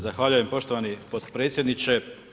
Zahvaljujem poštovani potpredsjedniče.